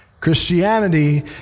Christianity